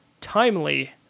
timely